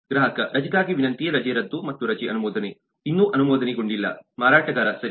ಗ್ರಾಹಕ ರಜೆಗಾಗಿ ವಿನಂತಿ ರಜೆ ರದ್ದು ಮತ್ತು ರಜೆ ಅನುಮೋದನೆ ಇನ್ನೂ ಅನುಮೋದನೆ ಗೊಂಡಿಲ್ಲ ಮಾರಾಟಗಾರ ಸರಿ